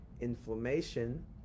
inflammation